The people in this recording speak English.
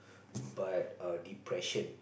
but err depression